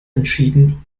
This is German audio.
entschieden